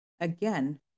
again